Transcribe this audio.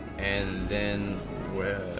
and then where